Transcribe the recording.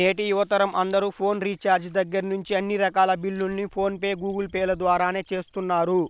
నేటి యువతరం అందరూ ఫోన్ రీఛార్జి దగ్గర్నుంచి అన్ని రకాల బిల్లుల్ని ఫోన్ పే, గూగుల్ పే ల ద్వారానే చేస్తున్నారు